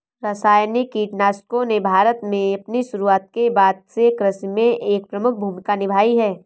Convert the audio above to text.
रासायनिक कीटनाशकों ने भारत में अपनी शुरूआत के बाद से कृषि में एक प्रमुख भूमिका निभाई हैं